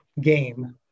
game